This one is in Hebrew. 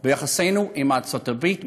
ביחסינו עם ארצות-הברית.